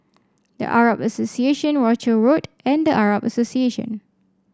The Arab Association Rochor Road and The Arab Association